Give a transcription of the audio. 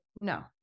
no